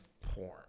porn